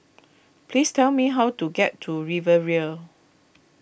please tell me how to get to Riviera